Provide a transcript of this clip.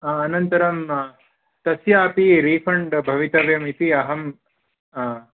अनन्तरं तस्यापि रीफण्ड् भवितव्यम् इति अहम्